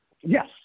Yes